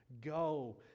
go